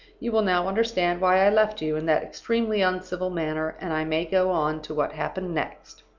you will now understand why i left you in that extremely uncivil manner, and i may go on to what happened next.